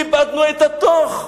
איבדנו את התוך.